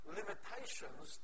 limitations